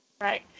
right